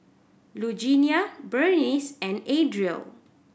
Lugenia Berniece and Adriel